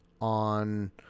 on